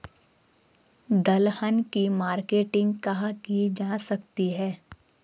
दलहन की मार्केटिंग कहाँ की जा सकती है?